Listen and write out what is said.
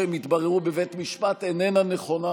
שהם יתבררו בבית משפט איננה נכונה,